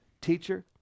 teacher